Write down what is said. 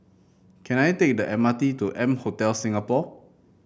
can I take the M R T to M Hotel Singapore